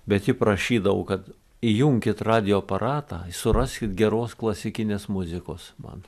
bet ji prašydavo kad įjunkit radijo aparatą suraskit geros klasikinės muzikos man